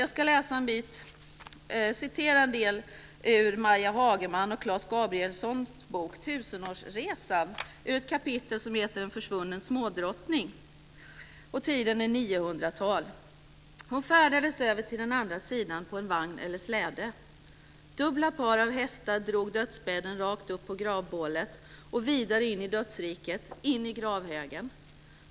Jag ska citera lite ur Maja Hagermans och Claes Gabrielssons bok Tusenårsresan. Det är ett kapitel som heter En försvunnen smådrottning. Tiden är 900-tal: "Hon färdades över till den andra sidan på en vagn eller släde. Dubbla par av hästar drog dödsbädden rakt upp på gravbålet och vidare in i dödsriket, in i gravhögen.